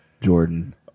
Jordan